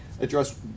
address